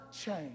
change